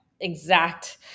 exact